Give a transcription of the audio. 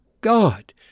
God